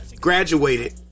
Graduated